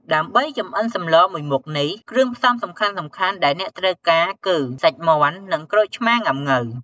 ដើម្បីចម្អិនសម្លមួយមុខនេះ គ្រឿងផ្សំសំខាន់ៗដែលអ្នកត្រូវការគឺ សាច់មាន់ និង ក្រូចឆ្មាងុាំង៉ូវ។